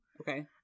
okay